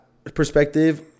perspective